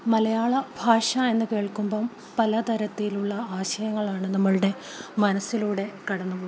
മലയാളഭാഷയെന്ന് കേൾക്കുമ്പോള് പലതരത്തിലുള്ള ആശയങ്ങളാണ് നമ്മുടെ മനസ്സിലൂടെ കടന്നുപോകുന്നത്